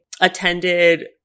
attended